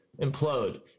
implode